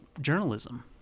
journalism